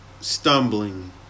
stumbling